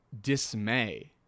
dismay